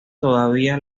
todavía